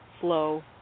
flow